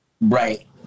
Right